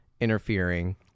interfering